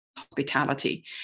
hospitality